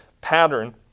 pattern